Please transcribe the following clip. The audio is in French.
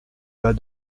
bas